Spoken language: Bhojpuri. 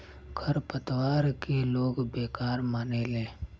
खर पतवार के लोग बेकार मानेले